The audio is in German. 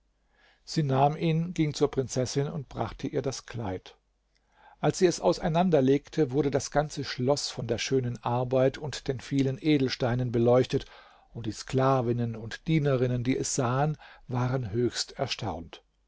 sie nahm ihn ging zur prinzessin und brachte ihr das kleid als sie es auseinanderlegte wurde das ganze schloß von der schönen arbeit und den vielen edelsteinen beleuchtet und die sklavinnen und dienerinnen die es sahen waren höchst erstaunt